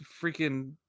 freaking